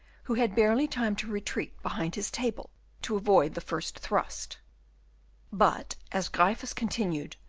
who had barely time to retreat behind his table to avoid the first thrust but as gryphus continued,